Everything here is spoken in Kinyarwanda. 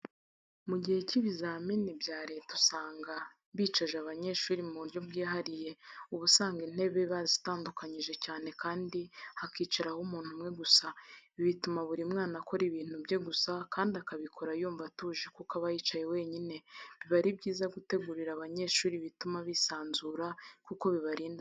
Mu gihe cy'ibizamini bya leta usanga bicaje abanyeshuri mu buryo bwihariye, uba usanga intebe bazitandukanyije cyane kandi hakicaraho umuntu umwe gusa, ibi bituma buri mwana akora ibintu bye gusa kandi akabikora yumva atuje kuko aba yicaye wenyine, biba ari byiza gutegurira abanyeshuri ibituma bisanzura kuko bibarinda gukopera.